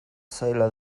zaila